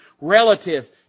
relative